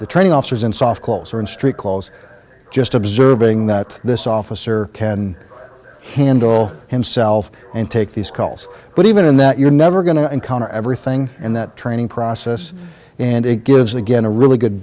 the training officers in soft calls or in street clothes just observing that this officer can handle himself and take these calls but even in that you're never going to encounter everything and that training process and it gives again a really good